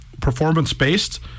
performance-based